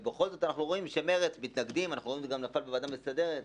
אבל בכל זאת אנחנו רואים שמרצ מתנגדת ושזה גם נפל בוועדה המסדרת.